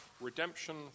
redemption